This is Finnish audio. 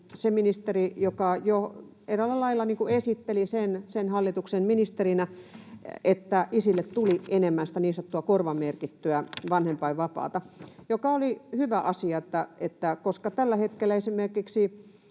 se ministeri, joka jo eräällä lailla esitteli sen hallituksen ministerinä, että isille tuli enemmän sitä niin sanottua korvamerkittyä vanhempainvapaata, joka oli hyvä asia, koska tällä hetkellä esimerkiksi